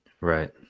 Right